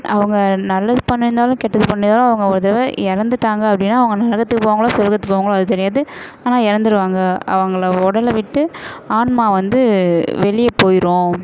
அவங்க நல்லது பண்ணியிருந்தாலும் கெட்டது பண்ணியிருந்தாலும் அவங்க ஒரு தடவ இறந்துட்டாங்க அப்படினா அவங்க நரகத்துக்கு போவாங்களோ சொர்க்கத்துக்கு போவாங்களோ அது தெரியாது ஆனால் இறந்துருவாங்க அவங்கள உடல விட்டு ஆன்மா வந்து வெளியே போயிடும்